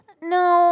No